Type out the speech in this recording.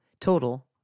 Total